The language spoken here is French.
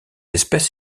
espèce